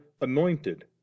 anointed